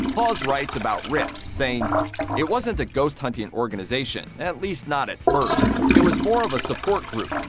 hawes writes about rips saying it wasn't a ghost-hunting and organization. at least not at first. it was more of a support group.